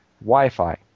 Wi-Fi